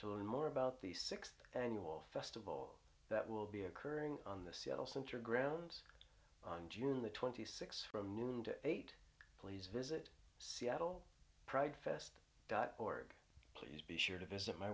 to learn more about the sixth annual festival that will be occurring on the seattle center grounds on june the twenty six from noon to eight please visit seattle pride fest dot org please be sure to visit my